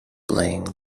playing